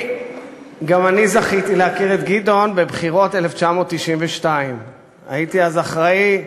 גם אני זכיתי להכיר את גדעון בבחירות 1992. הייתי אז אחראי,